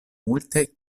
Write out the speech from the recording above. multe